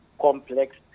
complex